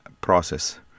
process